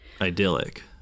idyllic